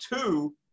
two